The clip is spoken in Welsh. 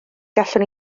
gallwn